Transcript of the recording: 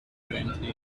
currently